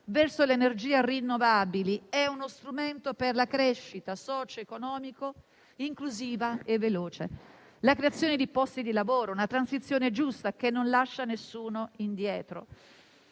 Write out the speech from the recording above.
verso le energie rinnovabili è uno strumento per la crescita socio-economica, inclusiva e veloce, per la creazione di posti di lavoro. È una transizione giusta che non lascia nessuno indietro.